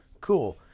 cool